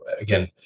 again